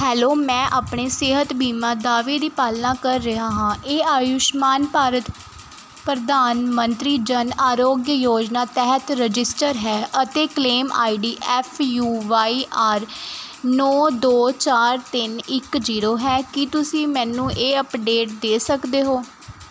hello ਮੈਂ ਆਪਣੇ ਸਿਹਤ ਬੀਮਾ ਦਾਅਵੇ ਦੀ ਪਾਲਣਾ ਕਰ ਰਿਹਾ ਹਾਂ ਇਹ ਆਯੁਸ਼ਮਾਨ ਭਾਰਤ ਪ੍ਰਧਾਨ ਮੰਤਰੀ ਜਨ ਆਰੋਗਯ ਯੋਜਨਾ ਤਹਿਤ ਰਜਿਸਟਰਡ ਹੈ ਅਤੇ claim ID F U Y R ਨੌਂ ਦੋ ਚਾਰ ਤਿੰਨ ਇੱਕ ਜ਼ੀਰੋ ਹੈ ਕੀ ਤੁਸੀਂ ਮੈਨੂੰ ਇੱਕ ਅਪਡੇਟ ਦੇ ਸਕਦੇ ਹੋ